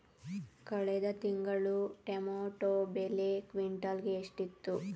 ಕಳೆದ ತಿಂಗಳು ಟೊಮ್ಯಾಟೋ ಬೆಲೆ ಕ್ವಿಂಟಾಲ್ ಗೆ ಎಷ್ಟಿತ್ತು?